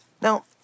Now